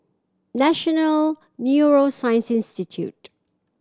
National Neuroscience Institute